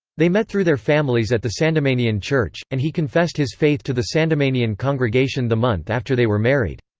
they met through their families at the sandemanian church, and he confessed his faith to the sandemanian congregation the month after they were married.